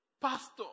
Pastor